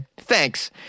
Thanks